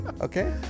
Okay